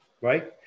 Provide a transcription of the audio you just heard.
right